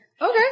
Okay